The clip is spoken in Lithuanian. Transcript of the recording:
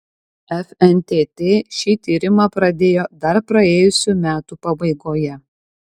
fntt šį tyrimą pradėjo dar praėjusių metų pabaigoje